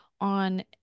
on